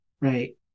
Right